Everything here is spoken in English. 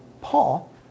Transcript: Paul